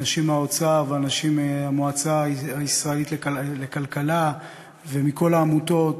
אנשים מהאוצר ואנשים מהמועצה הישראלית לכלכלה ומכל העמותות,